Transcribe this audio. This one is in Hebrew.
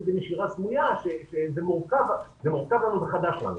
בנשירה סמויה שזה מורכב לנו וחדש לנו.